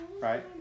right